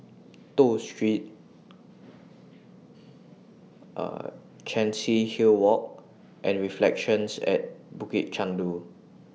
Toh Street Chancery Hill Walk and Reflections At Bukit Chandu